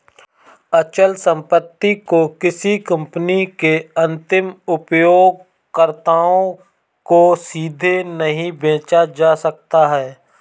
अचल संपत्ति को किसी कंपनी के अंतिम उपयोगकर्ताओं को सीधे नहीं बेचा जा सकता है